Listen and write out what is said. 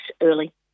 early